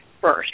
first